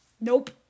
Nope